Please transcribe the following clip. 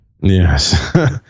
Yes